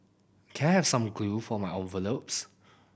can I have some glue for my envelopes